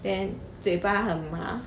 then 嘴巴很麻